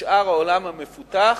לשאר העולם המפותח,